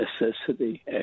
necessity